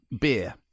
beer